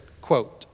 quote